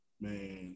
man